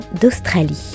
d'Australie